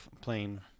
plane